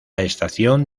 estación